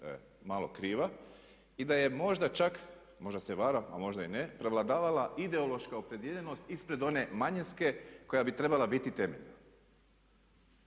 malo kriva i da je možda čak, možda se varam a možda i ne, prevladavala ideološka opredijeljenost ispred one manjinske koja bi trebala biti temeljna.